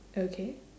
okay